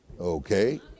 Okay